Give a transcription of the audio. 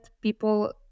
people